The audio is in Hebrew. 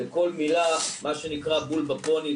וכל מילה מה שנקרא 'בול בפוני'.